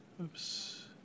Oops